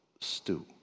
stew